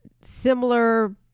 similar